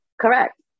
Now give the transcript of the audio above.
correct